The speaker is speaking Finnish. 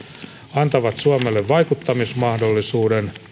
antavat suomelle vaikuttamismahdollisuuden